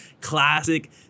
classic